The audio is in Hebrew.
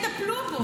איך יטפלו בו?